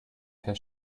per